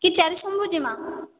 କି ଚାରି ସୁମୁ ଯିମା